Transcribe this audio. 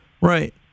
Right